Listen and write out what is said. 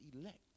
elect